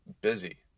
busy